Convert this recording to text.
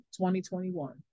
2021